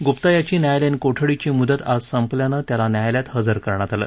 गुप्ता याची न्यायालयीन कोठडीची मुदत आज संपल्यानं त्याला न्यायालयात हजर करण्यात आलं